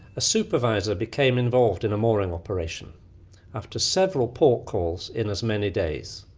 a supervisor became involved in a mooring operation after several port calls in as many days,